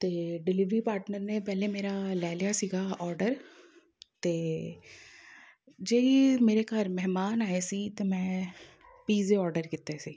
ਅਤੇ delivery partner ਨੇ ਪਹਿਲੇ ਮੇਰਾ ਲੈ ਲਿਆ ਸੀਗਾ ਔਡਰ ਅਤੇ ਜੇ ਮੇਰੇ ਘਰ ਮਹਿਮਾਨ ਆਏ ਸੀ ਅਤੇ ਮੈਂ ਪੀਜ਼ੇ ਔਡਰ ਕੀਤੇ ਸੀ